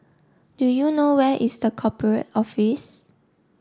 do you know where is The Corporate Office